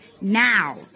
Now